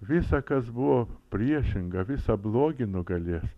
visa kas buvo priešinga visą blogį nugalės